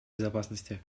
безопасности